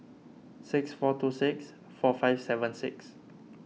six four two six four five seven six